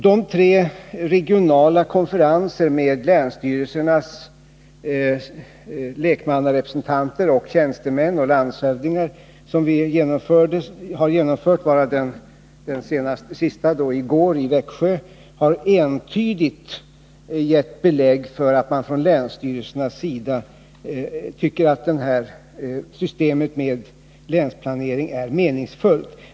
De tre regionala konferenser med länsstyrelsernas lekmannarepresentanter och tjänstemän samt landshövdingarna som vi har genomfört, varav den senaste genomfördes i går i Växjö, har entydigt givit belägg för att man från länsstyrelsernas sida tycker att systemet med länsplanering är meningsfullt.